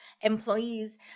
employees